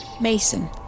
Mason